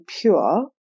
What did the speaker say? pure